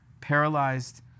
paralyzed